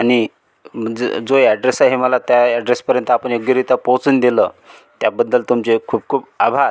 आणि जो जो अॅड्रेस आहे मला त्या अॅड्रेसपर्यंत आपण योग्यरीत्या पोहचून दिलं त्याबद्दल तुमचे खूप खूप आभार